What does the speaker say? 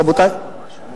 רבותי,